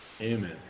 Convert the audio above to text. Amen